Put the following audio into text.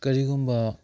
ꯀꯔꯤꯒꯨꯝꯕ